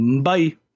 bye